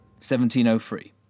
1703